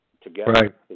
together